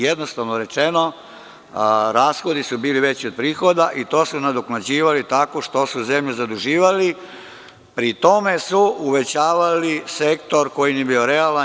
Jednostavno rečeno, rashodi su bili veći od prihoda i to su nadoknađivali tako što su zemlju zaduživali, pri tome su uvećavali sektor koji nije bio realan.